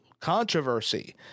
controversy